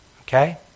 Okay